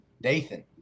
Dathan